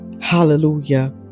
hallelujah